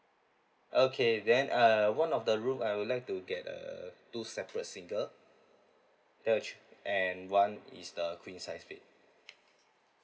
okay then uh one of the room I would like to get a two separate single and one is the queen size bed